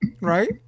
Right